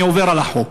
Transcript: אני עובר על החוק.